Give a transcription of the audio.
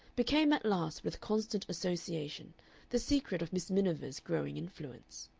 became at last with constant association the secret of miss miniver's growing influence.